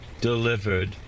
delivered